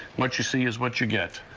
what you see is what you get.